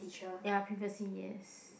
ya previously yes